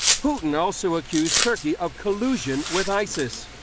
putin also accused turkey of collusion with isis.